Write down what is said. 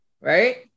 right